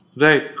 Right